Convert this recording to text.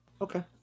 okay